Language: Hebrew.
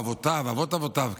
אבותיו ואבות-אבותיו,